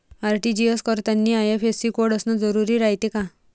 RTGS करतांनी IFSC code असन जरुरी रायते का?